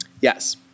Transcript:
Yes